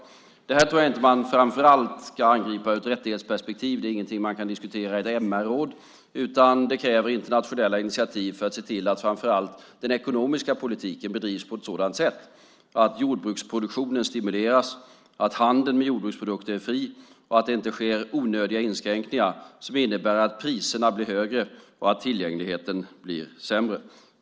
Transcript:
Det här tror jag inte att man framför allt ska angripa ur ett rättighetsperspektiv. Det är ingenting man kan diskutera i ett MR-råd, utan det krävs internationella initiativ för att se till att framför allt den ekonomiska politiken bedrivs på ett sådant sätt att jordbruksproduktionen stimuleras, att handeln med jordbruksprodukter är fri och att det inte sker onödiga inskränkningar som innebär att priserna blir högre och tillgängligheten sämre.